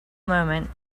moment